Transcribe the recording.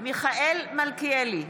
מיכאל מלכיאלי,